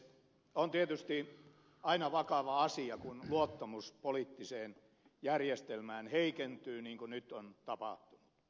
on tietysti aina vakava asia kun luottamus poliittiseen järjestelmään heikentyy niin kuin nyt on tapahtunut